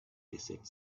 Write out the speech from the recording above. desert